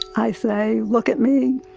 i say, look at me.